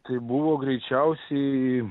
tai buvo greičiausiai